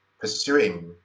pursuing